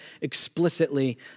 explicitly